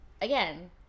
again